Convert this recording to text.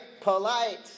Polite